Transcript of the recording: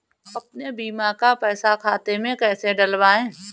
अपने बीमा का पैसा खाते में कैसे डलवाए?